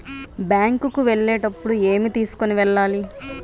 Bank కు వెళ్ళేటప్పుడు ఏమి తీసుకొని వెళ్ళాలి?